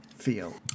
feel